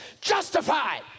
justified